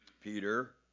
Peter